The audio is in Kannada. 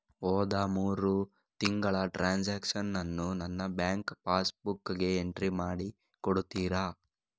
ಹೋದ ಮೂರು ತಿಂಗಳ ಟ್ರಾನ್ಸಾಕ್ಷನನ್ನು ನನ್ನ ಬ್ಯಾಂಕ್ ಪಾಸ್ ಬುಕ್ಕಿಗೆ ಎಂಟ್ರಿ ಮಾಡಿ ಕೊಡುತ್ತೀರಾ?